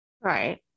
right